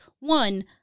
one